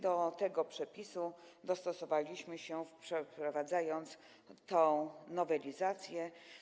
Do tego przepisu dostosowaliśmy się, przeprowadzając tę nowelizację.